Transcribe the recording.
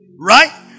Right